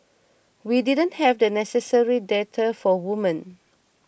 we didn't have the necessary data for women